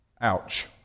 Ouch